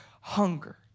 hunger